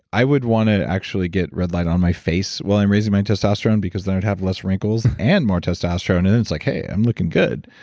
i would want to actually get red light on my face while i'm raising my testosterone, because then i'd have less wrinkles and more testosterone. and then it's like, hey, i'm looking good.